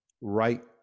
right